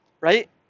right